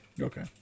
Okay